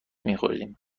میخوردیم